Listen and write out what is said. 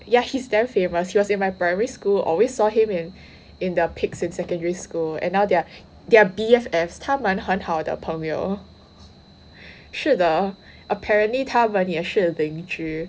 yeah he's damn famous he was in my primary school always saw him in in the pics in secondary school and now they're they're B_F_F 他们很好的朋友是的 apparently 他们也是邻居